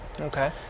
okay